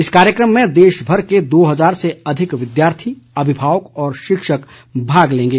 इस कार्यक्रम में देश भर के दो हजार से अधिक विद्यार्थी अभिभावक और शिक्षक भाग लेंगे